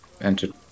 entered